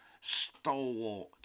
stalwart